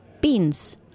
beans